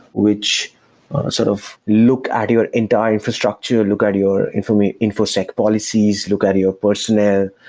which sort of look at your entire infrastructure, look at your infosec your infosec policies, look at your personnel.